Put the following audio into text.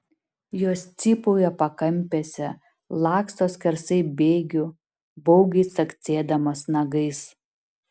jos cypauja pakampėse laksto skersai bėgių baugiai caksėdamos nagais